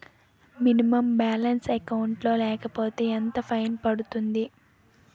Minimum balance account లో లేకపోతే ఎంత ఫైన్ పడుతుంది?